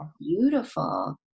beautiful